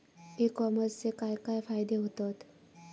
E कॉमर्सचे काय काय फायदे होतत?